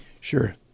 Sure